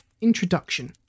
introduction